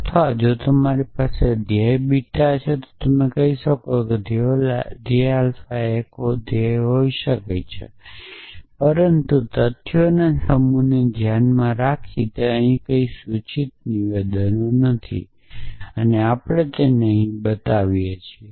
અથવા જો તમારી પાસે ધ્યેય બીટા છે તો તમે કહી શકો છો કે ધ્યેય આલ્ફા એક ધ્યેય હોઈ શકે છે પરંતુ તથ્યોના સમૂહને ધ્યાનમાં રાખીને તે અહીં કોઈ સૂચિત નિવેદનો નથી અને આપણે તેને અહીં બતાવીએ છીએ